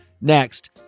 Next